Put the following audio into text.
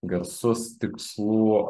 garsus tikslų